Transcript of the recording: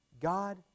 God